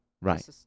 right